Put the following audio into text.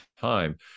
Time